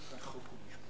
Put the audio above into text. בבקשה.